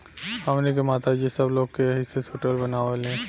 हमनी के माता जी सब लोग के एही से सूटर बनावेली